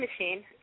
machine